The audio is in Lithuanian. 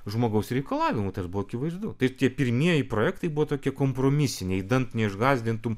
žmogaus reikalavimų tas buvo akivaizdu tai tie pirmieji projektai buvo tokie kompromisiniai idant neišgąsdintum